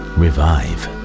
revive